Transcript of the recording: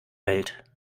welt